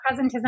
presentism